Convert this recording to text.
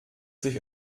sich